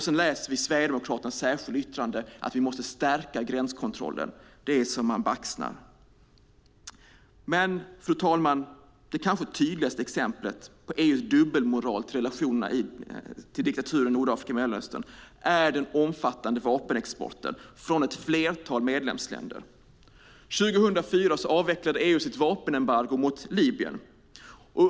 Sedan läser vi Sverigedemokraternas särskilda yttrande att vi måste stärka gränskontrollen. Det är så att man baxnar. Fru talman! Det kanske tydligaste exemplet på EU:s dubbelmoral i relationerna till diktaturerna i Nordafrika och Mellanöstern är dock den omfattande vapenexporten från ett flertal medlemsländer. 2004 avvecklade EU sitt vapenembargo mot Libyen.